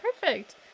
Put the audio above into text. perfect